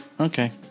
okay